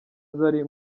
zari